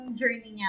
journey